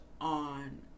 on